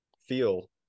feel